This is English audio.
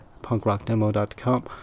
punkrockdemo.com